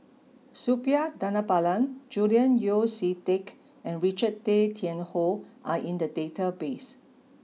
Suppiah Dhanabalan Julian Yeo See Teck and Richard Tay Tian Hoe are in the database